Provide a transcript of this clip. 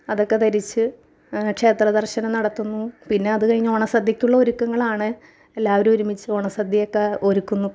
അതൊക്കെ ധരിച്ച് ക്ഷേത്ര ദർശനം നടത്തുന്നു പിന്ന അതുകഴിഞ്ഞ് ഓണസദ്യക്കുള്ള ഒരുക്കങ്ങങ്ങളാണ് എല്ലാവരും ഒരുമിച്ച് ഓണസദ്യ ഒക്കെ ഒരുക്കുന്നു